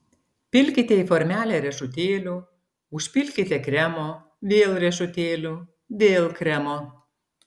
pilkite į formelę riešutėlių užpilkite kremo vėl riešutėlių vėl kremo